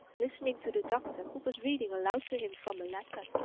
listening to the doctor who was reading aloud to him from a letter.